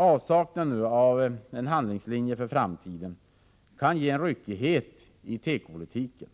Avsaknaden av en handlingslinje för framtiden kan ge en ryckighet i tekopolitiken,